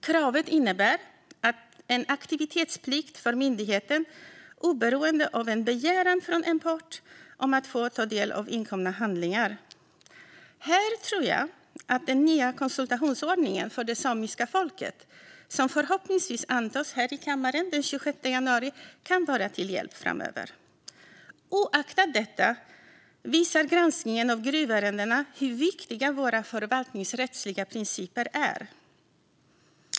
Kravet innebär en aktivitetsplikt för myndigheten oberoende av en begäran från en part om att få ta del av inkomna handlingar. Här tror jag att den nya konsultationsordningen för det samiska folket, som förhoppningsvis antas här i kammaren den 26 januari, kan vara till hjälp framöver. Oaktat detta visar granskningen av gruvärendena hur viktiga våra förvaltningsrättsliga principer är.